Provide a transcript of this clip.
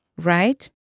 Right